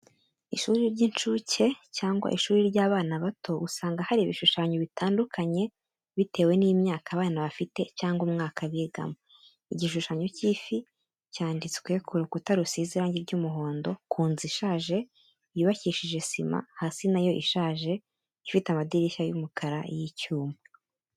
Ishuri ry'inshuke cyangwa ishuri ry'abana bato usanga hari ibishushanyo bitandukanye bitewe n'imyaka abana bafite cyangwa n'umwaka bigamo. Igishushanyo cy’ifi cyanditswe ku rukuta rusize irangi ry’umuhondo, ku nzu ishaje, yubakishije sima hasi na yo ishaje, ifite amadirishya y'umukara y'icyuma.